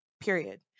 Period